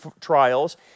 trials